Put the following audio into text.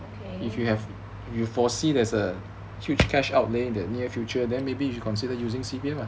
okay